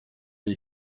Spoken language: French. les